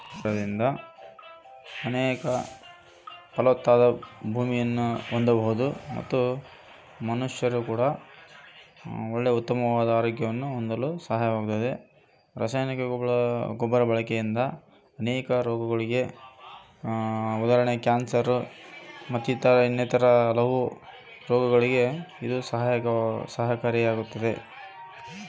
ಸಾವಯವ ಗೊಬ್ಬರ ಮತ್ತು ರಾಸಾಯನಿಕ ಗೊಬ್ಬರ ಇವುಗಳಿಗೆ ಇರುವ ವ್ಯತ್ಯಾಸ ಏನ್ರಿ?